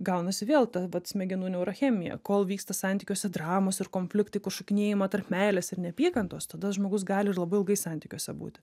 gaunasi vėl ta vat smegenų neurochemija kol vyksta santykiuose dramos ir konfliktai šokinėjama tarp meilės ir neapykantos tada žmogus gali ir labai ilgai santykiuose būti